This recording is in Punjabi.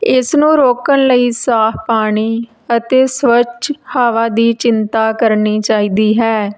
ਇਸ ਨੂੰ ਰੋਕਣ ਲਈ ਸਾਫ਼ ਪਾਣੀ ਅਤੇ ਸਵੱਛ ਹਵਾ ਦੀ ਚਿੰਤਾ ਕਰਨੀ ਚਾਹੀਦੀ ਹੈ